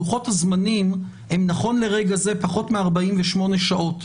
לוחות הזמנים הם נכון לרגע זה פחות מ-48 שעות.